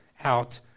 out